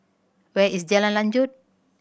where is Jalan Lanjut